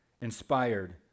inspired